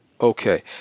Okay